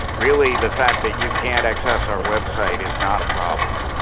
really the fact that you can't access our website is not a problem.